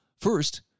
First